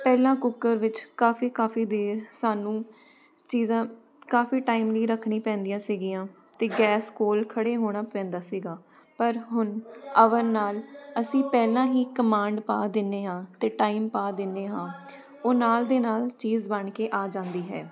ਪਹਿਲਾਂ ਕੁੱਕਰ ਵਿੱਚ ਕਾਫ਼ੀ ਕਾਫ਼ੀ ਦੇਰ ਸਾਨੂੰ ਚੀਜ਼ਾਂ ਕਾਫ਼ੀ ਟਾਈਮ ਲਈ ਰੱਖਣੀ ਪੈਂਦੀਆਂ ਸੀਗੀਆਂ ਅਤੇ ਗੈਸ ਕੋਲ ਖੜ੍ਹੇ ਹੋਣਾ ਪੈਂਦਾ ਸੀਗਾ ਪਰ ਹੁਣ ਅਵਨ ਨਾਲ ਅਸੀਂ ਪਹਿਲਾਂ ਹੀ ਕਮਾਂਡ ਪਾ ਦਿੰਦੇ ਹਾਂ ਅਤੇ ਟਾਈਮ ਪਾ ਦਿੰਦੇ ਹਾਂ ਉਹ ਨਾਲ ਦੇ ਨਾਲ ਚੀਜ਼ ਬਣ ਕੇ ਆ ਜਾਂਦੀ ਹੈ